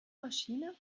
maschine